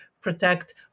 protect